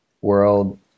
World